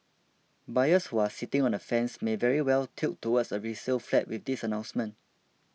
buyers who are sitting on the fence may very well tilt towards a resale flat with this announcement